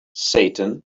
satan